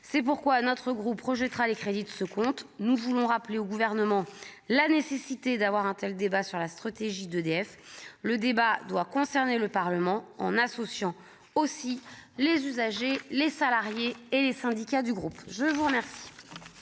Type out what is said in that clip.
c'est pourquoi notre groupe rejettera les crédits de ce compte, nous voulons rappeler au gouvernement la nécessité d'avoir un tel débat sur la stratégie d'EDF, le débat doit concerner le Parlement en associant aussi les usagers, les salariés et les syndicats du groupe, je vous remercie.